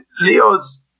Leo's